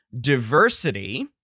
diversity